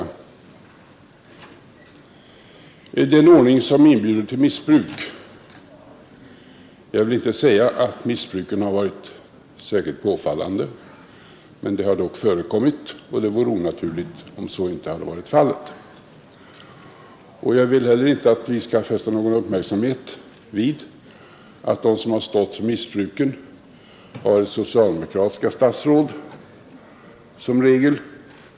Detta är en ordning som inbjuder till missbruk. Jag vill inte säga att missbruken har varit särskilt påfallande, men de har dock förekommit, och det hade varit onaturligt om så inte hade varit förhållandet. Jag vill inte heller fästa någon uppmärksamhet vid att de som stått för missbruket som regel varit socialdemokratiska statsråd.